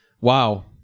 Wow